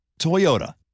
Toyota